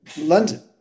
London